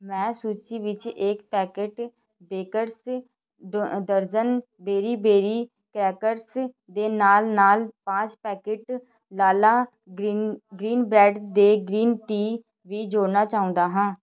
ਮੈਂ ਸੂਚੀ ਵਿੱਚ ਇੱਕ ਪੈਕਿਟ ਬੇਕਰਜ਼ ਦਰਜਨ ਬੇਰੀ ਬੇਰੀ ਕ੍ਰੈਕਰਸ ਦੇ ਨਾਲ ਨਾਲ ਪਾਂਚ ਪੈਕਿਟ ਲਾਲਾ ਗ੍ਰੀਨ ਗ੍ਰੀਨ ਬ੍ਰੈਡ ਅਤੇ ਗ੍ਰੀਨ ਟੀ ਵੀ ਜੋੜਨਾ ਚਾਹੁੰਦਾ ਹਾਂ